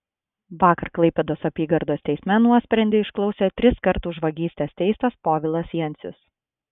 vakar klaipėdos apygardos teisme nuosprendį išklausė triskart už vagystes teistas povilas jencius